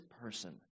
person